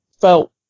felt